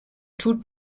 tut